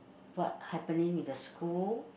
what I believe in the school